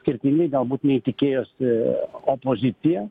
skirtingai galbūt nei tikėjosi opozicija